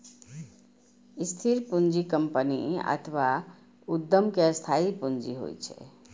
स्थिर पूंजी कंपनी अथवा उद्यम के स्थायी पूंजी होइ छै